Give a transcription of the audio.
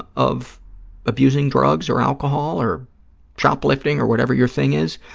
of abusing drugs or alcohol or shoplifting or whatever your thing is,